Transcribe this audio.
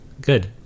good